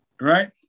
right